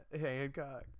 Hancock